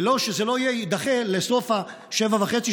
ושזה לא יידחה לסוף השבע וחצי,